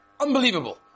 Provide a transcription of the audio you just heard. Unbelievable